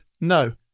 no